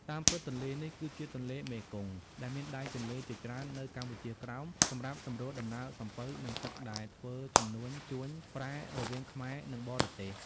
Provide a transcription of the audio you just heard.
តាមពិត ទន្លេនេះ គឺជាទន្លេមេគង្គ ដែលមានដៃទន្លេជាច្រើននៅកម្ពុជាក្រោមសម្រាប់សម្រួលដំណើរសំពៅ និងទឹកដែលធ្វើជំនួញជួញប្រែ រវាងខ្មែរនិងបរទេស ។